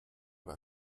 war